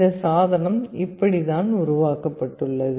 இந்த சாதனம் இப்படித்தான் உருவாக்கப்பட்டுள்ளது